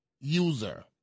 user